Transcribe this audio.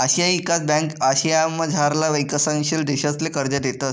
आशियाई ईकास ब्यांक आशियामझारला ईकसनशील देशसले कर्ज देतंस